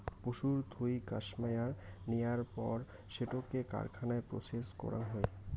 পশুর থুই কাশ্মেয়ার নেয়ার পর সেটোকে কারখানায় প্রসেস করাং হই